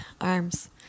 arms